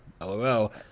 LOL